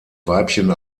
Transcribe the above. weibchen